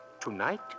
Tonight